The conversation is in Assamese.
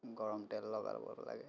গৰম তেল লগাব লাগে